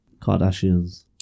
kardashians